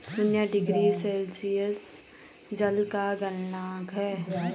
शून्य degree Celsius जल का गलनांक है